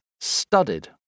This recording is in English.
studded